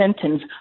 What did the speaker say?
sentence